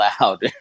loud